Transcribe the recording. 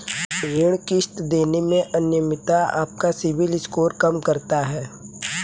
ऋण किश्त देने में अनियमितता आपका सिबिल स्कोर कम करता है